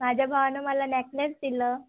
माझ्या भावानं मला नॅकलेस दिलं